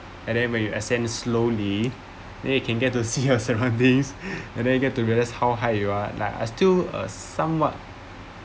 and then when you ascend slowly then you can get to see her surroundings and then you get to realise how high you are like I still uh somewhat